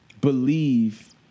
believe